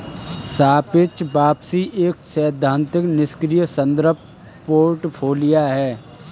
सापेक्ष वापसी एक सैद्धांतिक निष्क्रिय संदर्भ पोर्टफोलियो है